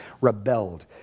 rebelled